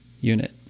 unit